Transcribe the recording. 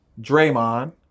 Draymond